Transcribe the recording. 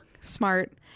smart